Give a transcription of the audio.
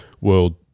world